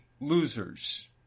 losers